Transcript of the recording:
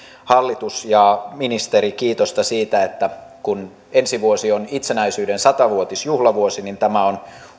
hallitus ja ministeri ansaitsevat kiitosta siitä että kun ensi vuosi on itsenäisyyden satavuotisjuhlavuosi niin tämä on